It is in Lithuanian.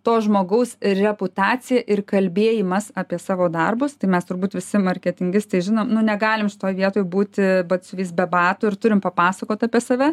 to žmogaus reputacija ir kalbėjimas apie savo darbus tai mes turbūt visi marketingistai žinom negalim šitoj vietoj būti batsiuvys be batų ir turim papasakot apie save